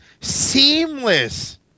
Seamless